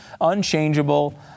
unchangeable